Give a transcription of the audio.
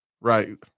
right